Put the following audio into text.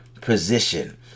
position